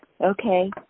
Okay